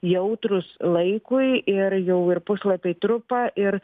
jautrūs laikui ir jau ir puslapiai trupa ir